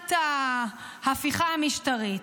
שנת ההפיכה המשטרית,